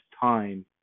time